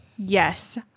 Yes